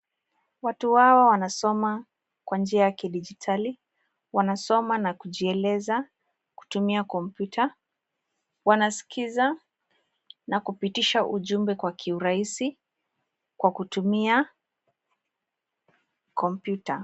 Watu hawa wanasoma kwa njia ya kidigitali, wanasoma na kujieleza kutumia kompyuta, wanasikiza na kupitisha ujumbe kwa kiuhurahizi kwa kutumia kompyuta.